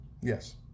Yes